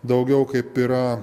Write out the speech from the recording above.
daugiau kaip yra